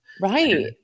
Right